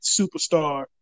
superstar